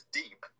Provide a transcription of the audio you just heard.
deep